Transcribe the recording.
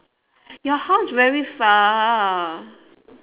your house very far